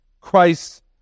Christ